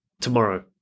Tomorrow